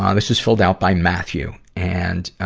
um this is filled out by matthew. and,